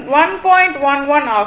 11 ஆகும்